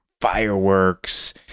fireworks